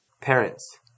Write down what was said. Parents